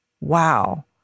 Wow